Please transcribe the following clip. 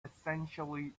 essentially